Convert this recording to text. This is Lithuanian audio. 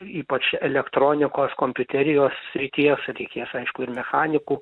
ypač elektronikos kompiuterijos srities reikės aišku ir mechanikų